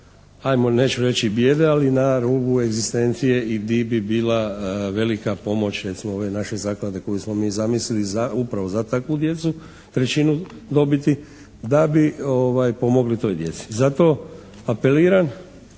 rubu, neću reći bijede ali na rubu egzistencije i gdje bi bila velika pomoć recimo ove naše zaklade koju smo mi zamislili upravo za takvu djecu, trećinu dobiti, da bi pomogli toj djeci. Zato apeliram,